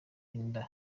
inda